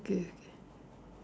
okay